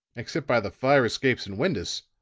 except by the fire-escapes and windows.